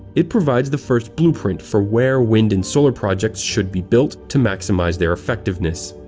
it provides the first blueprint for where wind and solar projects should be built to maximize their effectiveness.